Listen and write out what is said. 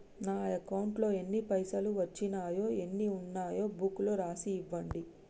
నా అకౌంట్లో ఎన్ని పైసలు వచ్చినాయో ఎన్ని ఉన్నాయో బుక్ లో రాసి ఇవ్వండి?